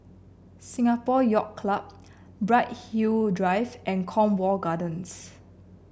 Singapore Yacht Club Bright Hill Drive and Cornwall Gardens